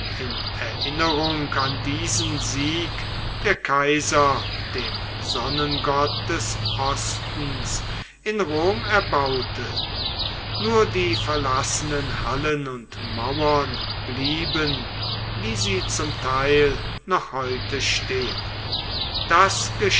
in erinnerung an diesen sieg der kaiser dem sonnengott des ostens in rom erbaute nur die verlassenen hallen und mauern blieben wie sie zum teil noch heute stehen das